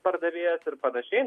pardavėjas ir panašiai